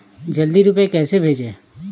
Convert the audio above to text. जल्दी रूपए कैसे भेजें?